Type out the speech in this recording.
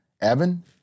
Evan